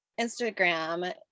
Instagram